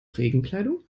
regenkleidung